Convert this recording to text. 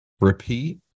repeat